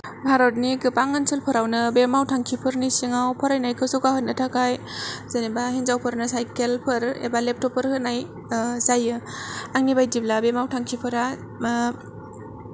भारतनि गोबां ओनसोलफोरावनो बे मावथांखिफोरनि सिङाव फरायनायखौ जौगाहोनो थाखाय जेनेबा हिन्जावफोरनो साइकेल फोर एबा लेपटप फोर होनाय जायो आंनि बायदिब्ला बे मावथांखिफोरा मा